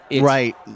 Right